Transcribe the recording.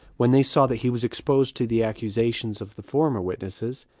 when they saw that he was exposed to the accusations of the former witnesses,